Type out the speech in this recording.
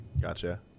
gotcha